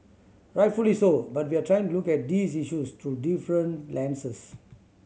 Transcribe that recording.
rightfully so but we are trying to look at these issues through different lenses